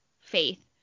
faith